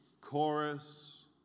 chorus